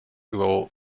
will